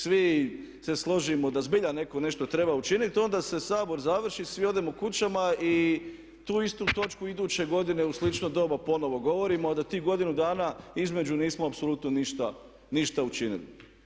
Svi se složimo da zbilja netko nešto treba učiniti i onda se Sabor završi, svi odemo kućama i tu istu točku iduće godine u slično doba ponovno govorimo a da tih godinu dana između nismo apsolutno ništa učinili.